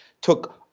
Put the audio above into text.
took